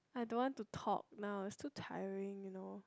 I don't want to talk now it's too tiring you know